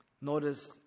Notice